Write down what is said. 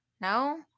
No